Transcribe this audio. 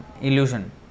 illusion